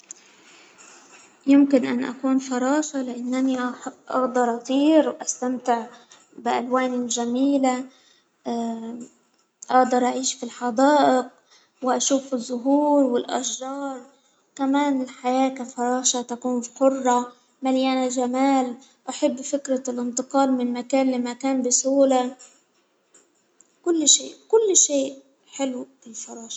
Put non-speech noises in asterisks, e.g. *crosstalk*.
يمكن أن أكون فراشة لأنني أ-أأدر أطير وأستمتع بألوان جميلة *hesitation* أأدر أعيش في الحدائق وأشوف الزهور والأشجار، كمان الحياة كفراشة تكون حرة مليانة جمال، أحب فكرة الإنتقال من مكان لمكان بسهولة، كل شيء كل شيء حلو في الفراشة.